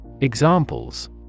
Examples